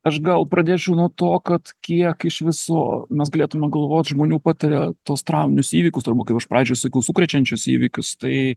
aš gal pradėčiau nuo to kad kiek iš viso mes galėtume galvot žmonių pataria tuos trauminius įvykius arba kaip aš pradžioj sakiau sukrečiančius įvykius tai